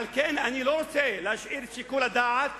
על כן, אני לא רוצה להשאיר את שיקול הדעת